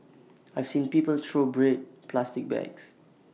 I've seen people throw bread plastic bags